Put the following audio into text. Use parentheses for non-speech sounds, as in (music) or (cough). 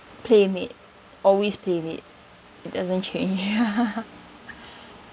PlayMade always PlayMade it doesn't change ya (laughs)